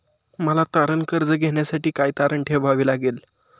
मला तारण कर्ज घेण्यासाठी काय तारण ठेवावे लागेल?